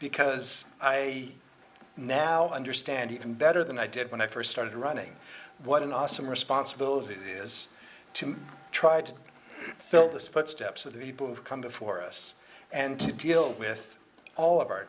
because i now understand even better than i did when i first started running what an awesome responsibility it is to try to fill those footsteps of the people who've come before us and to deal with all of our